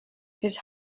his